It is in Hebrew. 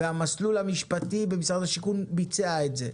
והמסלול המשפטי במשרד השיכון ביצע את זה.